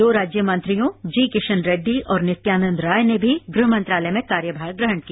दो राज्य मंत्रियों जीकिशन रेड्डी और नित्यानंद राय ने भी गृहमंत्रालय में कार्यभार ग्रहण किया